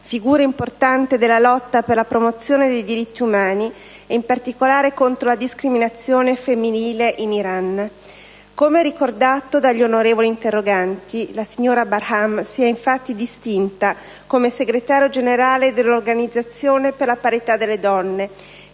figura importante della lotta per la promozione dei diritti umani ed in particolare contro la discriminazione femminile in Iran. Come ricordato dagli onorevoli interroganti, la signora Bahrman si è, infatti, distinta come segretario generale dell'Organizzazione per la parità delle donne,